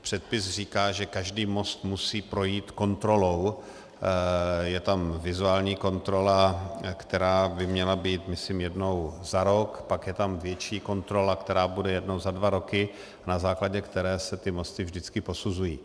Předpis říká, že každý most musí projít kontrolou, je tam vizuální kontrola, která by měla být myslím jednou za rok, pak je tam větší kontrola, která bude jednou za dva roky, na základě které se ty mosty vždycky posuzují.